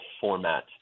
format